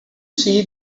see